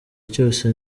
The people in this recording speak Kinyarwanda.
cyose